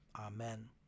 Amen